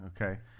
Okay